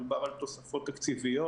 מדובר על תוספות תקציביות.